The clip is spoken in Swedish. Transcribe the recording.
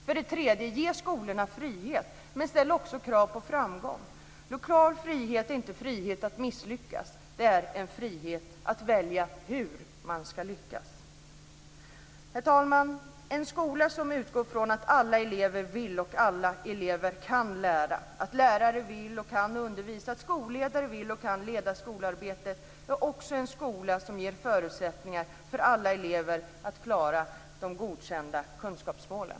För det tredje: Ge skolorna frihet. Men ställ också krav på framgång. Lokal frihet är inte frihet att misslyckas. Det är en frihet att välja hur man ska lyckas. Herr talman! En skola som utgår från att alla elever vill och kan lära, att lärare vill och kan undervisa, att skolledare vill och kan leda skolarbetet är också en skola som ger förutsättningar för alla elever att klara de godkända kunskapsmålen.